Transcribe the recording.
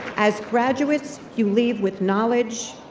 as graduates, you leave with knowledge,